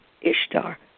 Ishtar